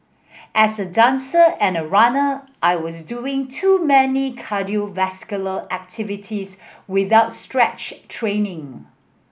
as a dancer and a runner I was doing too many cardiovascular activities without stretch training